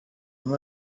him